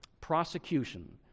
Prosecution